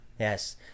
Yes